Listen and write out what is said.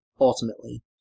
ultimately